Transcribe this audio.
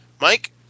Mike